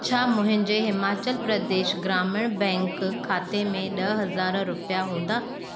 छा मुंहिंजे हिमाचल प्रदेश ग्रामीण बैंक खाते में ॾह हज़ार रुपिया हूंदा